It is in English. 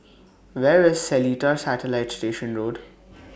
Where IS Seletar Satellite Station Road